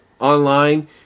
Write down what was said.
online